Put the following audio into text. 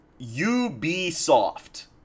Ubisoft